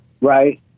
Right